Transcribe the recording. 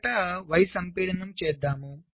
మొదట y సంపీడనం చేద్దాం